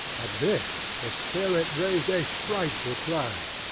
at this the spirit raised a frightful cry,